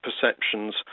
perceptions